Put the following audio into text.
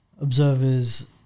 observers